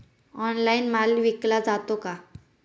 Online माल विकला जातो का?